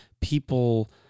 people